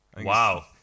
Wow